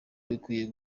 bikwiriye